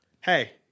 Hey